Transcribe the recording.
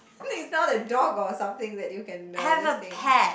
it's not a dog or something that you can uh this thing